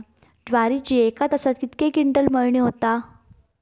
ज्वारीची एका तासात कितके क्विंटल मळणी होता?